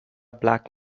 black